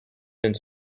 d’une